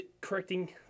correcting